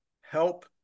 help